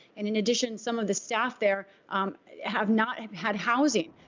and, in addition, some of the staff there have not had housing.